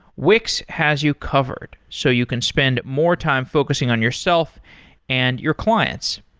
wix has you covered, so you can spend more time focusing on yourself and your clients.